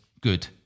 good